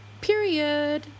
Period